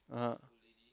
(uh huh)